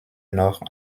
noch